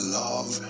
love